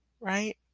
right